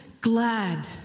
glad